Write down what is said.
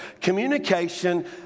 communication